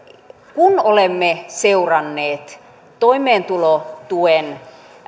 kun olemme seuranneet toimeentulotuen